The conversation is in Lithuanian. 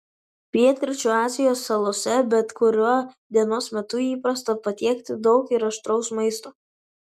pietryčių azijos salose bet kuriuo dienos metu įprasta patiekti daug ir aštraus maisto